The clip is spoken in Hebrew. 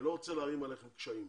אני לא רוצה להערים עליך קשיים.